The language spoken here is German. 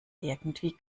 irgendwie